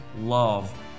love